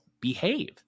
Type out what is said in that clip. behave